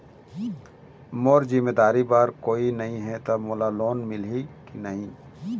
मोर जिम्मेदारी बर कोई नहीं हे त मोला लोन मिलही की नहीं?